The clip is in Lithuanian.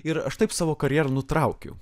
ir aš taip savo karjerą nutraukiau